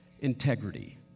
integrity